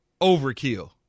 overkill